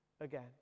again